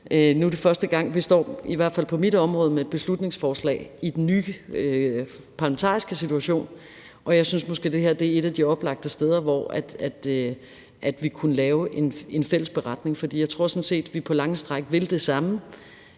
nu er det første gang, i hvert fald på mit område, vi står med et beslutningsforslag i den nye parlamentariske situation. Jeg synes måske, at det her er et af de oplagte steder, hvor vi kunne lave en fælles beretning, for jeg tror sådan set, at vi på lange stræk vil det samme.